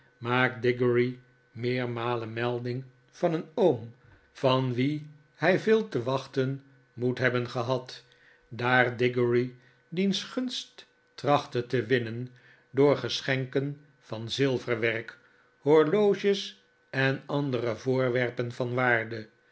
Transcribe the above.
maakt diggory meermalen melding van een oom van wien hij veel te wachten moet hebben gshad daar diggory diens gunst trachtte te winnen door geschenken van zilverwerk horloges en andere voorwerpen van waarde